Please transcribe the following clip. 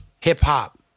hip-hop